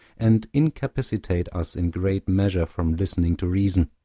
and incapacitate us in great measure from listening to reason.